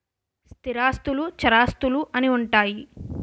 స్థిరాస్తులు చరాస్తులు అని ఉంటాయి